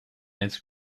its